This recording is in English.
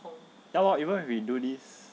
ya lor even if we do this